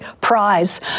prize